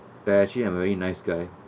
actually I'm very nice guy